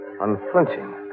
Unflinching